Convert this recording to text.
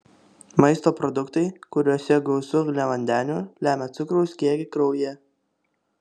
maisto produktai kuriuose gausu angliavandenių lemia cukraus kiekį kraujyje